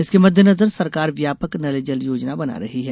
इसके मद्देनज़रसरकार व्यापक नल जल योजना बना रही हैं